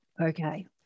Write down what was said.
Okay